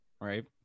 right